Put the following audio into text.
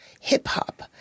hip-hop